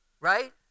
Right